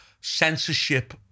censorship